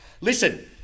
Listen